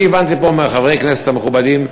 אני הבנתי פה מחברי הכנסת המכובדים,